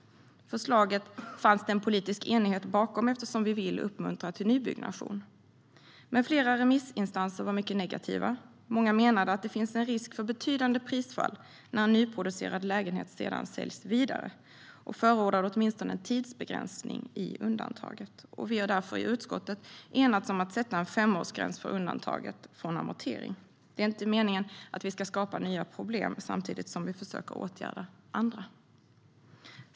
Det fanns en politisk enighet bakom förslaget eftersom vi vill uppmuntra till nybyggnation. Men flera remissinstanser var mycket negativa. Många menade att det finns en risk för betydande prisfall när nyproducerade lägenheter sedan säljs vidare, och förordade åtminstone en tidsbegränsning i undantaget. Vi har därför i utskottet enats om att sätta en femårsgräns för undantaget från amortering. Det är inte meningen att vi ska skapa nya problem samtidigt som vi försöker att åtgärda andra.